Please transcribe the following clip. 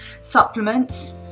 supplements